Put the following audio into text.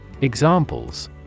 Examples